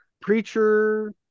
preacher